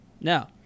Now